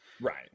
Right